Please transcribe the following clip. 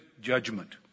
judgment